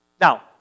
Now